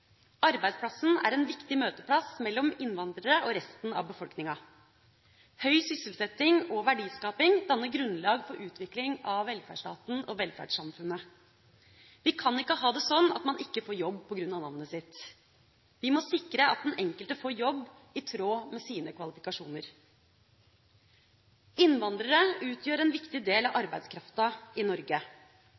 Arbeidsplassen er en viktig møteplass mellom innvandrere og resten av befolkninga. Høy sysselsetting og verdiskaping danner grunnlaget for utvikling av velferdsstaten og velferdssamfunnet. Vi kan ikke ha det slik at man ikke får jobb på grunn av navnet sitt. Vi må sikre at den enkelte får jobb i tråd med sine kvalifikasjoner. Innvandrere utgjør en viktig del av arbeidskraften i Norge.